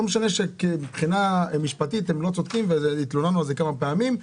לא משנה שמבחינה משפטית הם לא צודקים והתלוננו על זה כמה פעמים.